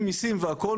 מיסים והכול,